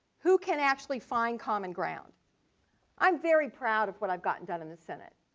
who can actually find common ground i'm very proud of what i've gotten done in the senate.